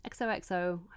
xoxo